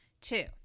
Two